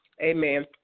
amen